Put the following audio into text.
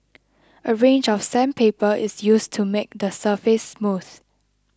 a range of sandpaper is used to make the surface smooth